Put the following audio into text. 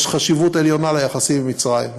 יש חשיבות עליונה ליחסים עם מצרים.